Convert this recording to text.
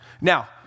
Now